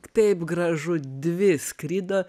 taip gražu dvi skrido